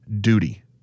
Duty